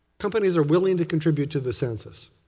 companies are willing to contribute to the census,